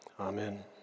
Amen